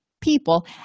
people